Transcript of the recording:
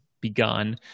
begun